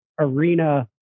arena